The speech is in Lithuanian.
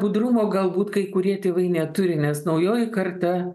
budrumo galbūt kai kurie tėvai neturi nes naujoji karta